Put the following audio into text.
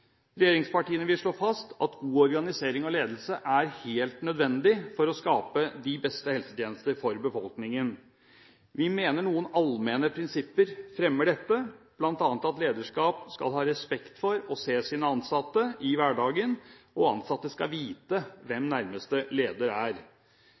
Regjeringspartiene vil slå fast at god organisering og ledelse er helt nødvendig for å skape de beste helsetjenester for befolkningen. Vi mener noen allmenne prinsipper fremmer dette, bl.a. at lederskap skal ha respekt for og se sine ansatte i hverdagen, og ansatte skal vite hvem